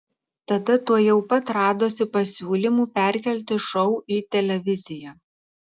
tada tuojau pat radosi pasiūlymų perkelti šou į televiziją